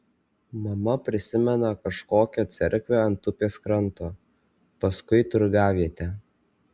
mama prisimena kažkokią cerkvę ant upės kranto paskui turgavietę